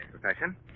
profession